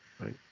Right